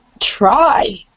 try